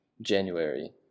January